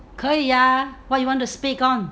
可以 ah what you want to speak on